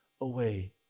away